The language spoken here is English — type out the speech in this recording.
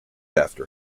after